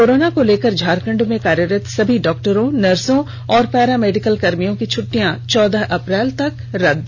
corona को लेकर झारखंड में कार्यरत सभी डॉक्टरों नर्सों और पारा मेडिकल कर्मियों की छुटिटयां चौदह अप्रैल तक रदद